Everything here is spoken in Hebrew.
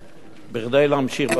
בכדי להמשיך בתוכניות.